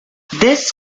this